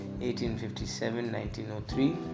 1857-1903